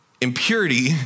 impurity